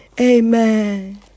Amen